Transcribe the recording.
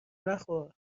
نخور